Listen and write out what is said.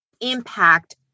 impact